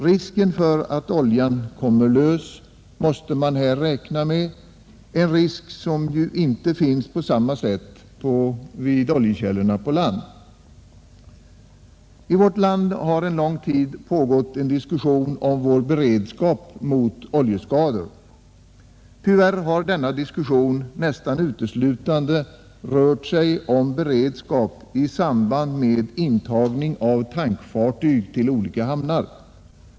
Risken för att oljan kommer lös måste man här räkna med — en risk som ju inte finns på samma sätt vid oljekällorna på land. I vårt land har under en lång tid pågått diskussion om vår beredskap mot oljeskador. Tyvärr har denna diskussion nästan uteslutande rört sig om beredskap i samband med intagning av tankfartyg till olika hamnar.